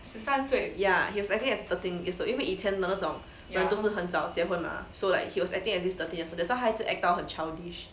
ya he was acting as thirteen 岁因为以前的那种人都是很早结婚 mah so like he was acting as this thirteen years so that's why 他一直 act 到很 childish